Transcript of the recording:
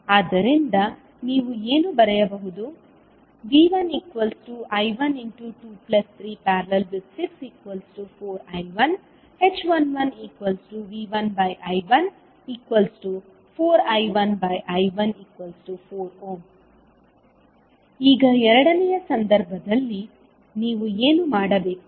ಆದ್ದರಿಂದ ನೀವು ಏನು ಬರೆಯಬಹುದು V1I123 ||6 4I1 h11V1I14I1I1 4 ಈಗ ಎರಡನೆಯ ಸಂದರ್ಭದಲ್ಲಿ ನೀವು ಏನು ಮಾಡಬೇಕು